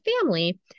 family